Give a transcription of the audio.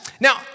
Now